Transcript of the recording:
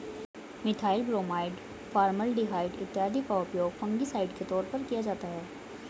methyl bromide, formaldehyde इत्यादि का उपयोग फंगिसाइड के तौर पर किया जाता है